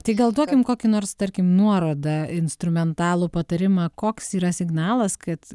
tai gal duokim kokį nors tarkim nuorodą instrumentalų patarimą koks yra signalas kad